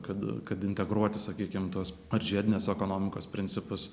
kad kad integruoti sakykim tuos žiedinės ekonomikos principus